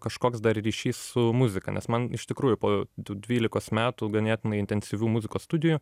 kažkoks dar ryšys su muzika nes man iš tikrųjų po tų dvylikos metų ganėtinai intensyvių muzikos studijų